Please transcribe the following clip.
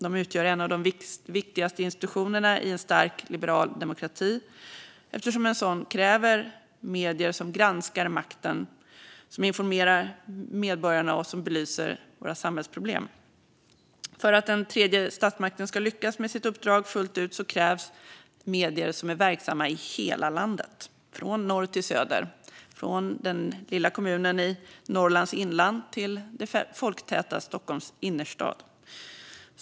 De utgör en av de viktigaste institutionerna i en stark liberal demokrati eftersom en sådan kräver medier som granskar makten, informerar medborgarna och belyser samhällsproblem. För att den tredje statsmakten ska lyckas med sitt uppdrag fullt ut krävs att medierna är verksamma i hela landet, från norr till söder, från den lilla kommunen i Norrlands inland till det folktäta Stockholms innerstad.